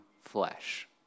flesh